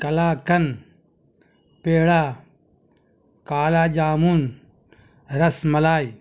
کلا قندپیڑا کالا جامن رس ملائی